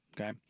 Okay